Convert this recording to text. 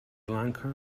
lanka